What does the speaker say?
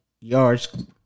yards